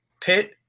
Pit